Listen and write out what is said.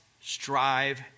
strive